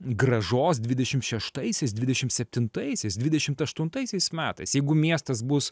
grąžos dvidešim šeštaisiais dvidešim septintaisiais dvidešimt aštuntaisiais metais jeigu miestas bus